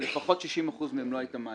לפחות 60% מהן לא היית מעלה.